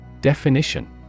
Definition